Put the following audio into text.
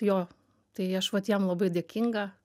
jo tai aš vat jam labai dėkinga